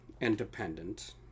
independent